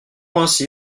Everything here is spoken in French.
ainsi